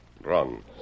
run